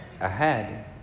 ahead